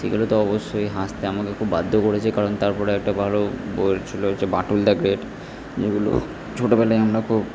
সেগুলো তো অবশ্যই হাসতে আমাকে খুব বাধ্য করেছে কারণ তারপরে একটা ভালো বই ছিলো হচ্ছে বাঁটুল দা গ্রেট যেগুলো ছোটোবেলায় আমরা খুব